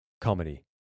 Comedy